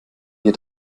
wir